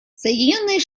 соединенные